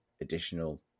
additional